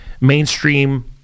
mainstream